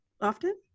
often